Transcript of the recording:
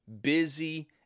busy